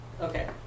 Okay